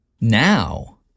Now